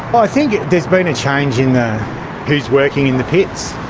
i think there's been a change in who's working in the pits,